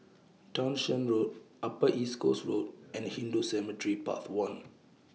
Townshend Road Upper East Coast Road and Hindu Cemetery Path one